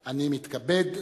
ירושלים,